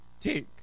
Tick